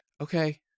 Okay